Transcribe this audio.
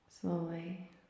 slowly